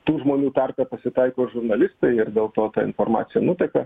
tų žmonių tarpe pasitaiko žurnalistai ir dėl to ta informacija nuteka